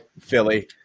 Philly